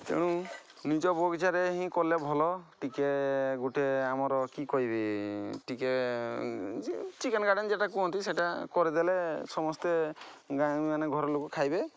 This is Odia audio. ତେଣୁ ନିଜ ବଗିଚାରେ ହିଁ କଲେ ଭଲ ଟିକେ ଗୋଟେ ଆମର କି କହିବି ଟିକେ ଚିକେନ୍ ଗାର୍ଡ଼େନ୍ ଯେଉଁଟା କୁହନ୍ତି ସେଇଟା କରିଦେଲେ ସମସ୍ତେ ଗାଈମାନେ ଘରଲୋକ ଖାଇବେ